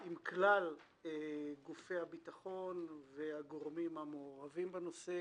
עם כלל גופי הביטחון והגורמים המעורבים בנושא,